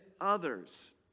others